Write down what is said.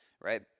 right